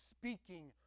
speaking